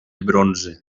bronze